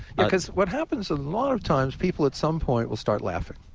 because what happens a lot of times people at some point will start laughing.